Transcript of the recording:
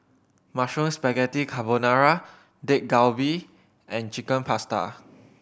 Mushroom Spaghetti Carbonara Dak Galbi and Chicken Pasta